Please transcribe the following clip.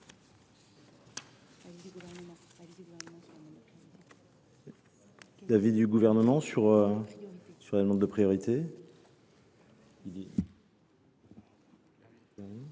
l’avis du Gouvernement sur cette demande de priorité